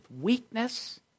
weakness